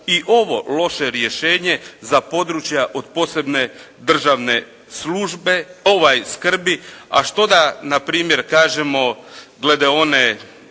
i ovo loše rješenje za područja od posebne državne skrbi. A što da npr. kažemo glede one